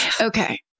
Okay